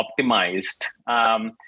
optimized